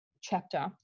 chapter